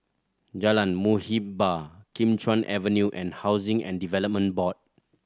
Jalan Muhibbah Kim Chuan Avenue and Housing and Development Board